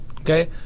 okay